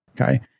okay